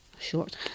short